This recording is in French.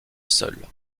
seul